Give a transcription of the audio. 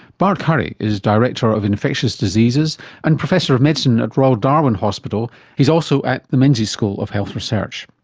bart currie is director of infectious diseases and professor of medicine at royal darwin hospital and he's also at the menzies school of health research.